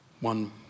One